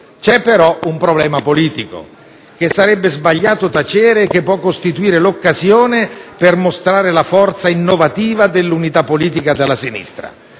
C'è però un problema politico che sarebbe sbagliato tacere e che può costituire l'occasione per mostrare la forza innovativa dell'unità politica della sinistra.